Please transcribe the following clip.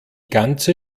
ganze